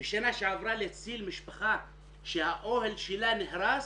בשנה שעברה, להציל משפחה שהאוהל שלה נהרס?